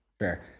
Sure